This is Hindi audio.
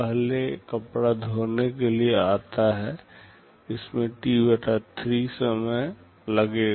पहला कपड़ा धोने के लिए आता है इसमें T 3 समय लगेगा